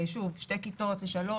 שתי כיתות לשלוש,